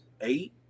eight